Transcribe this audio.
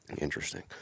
Interesting